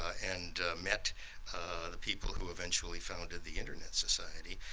and met the people who eventually founded the internet society,